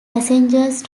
passengers